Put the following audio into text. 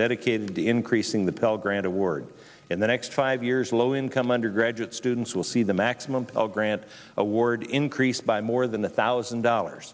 dedicated to increasing the pell grant award in the next five years low income undergraduate students will see the maximum a grant award increased by more than a thousand dollars